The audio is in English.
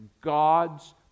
God's